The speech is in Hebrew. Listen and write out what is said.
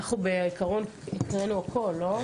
אנחנו בעיקרון הקראנו הכל, לא?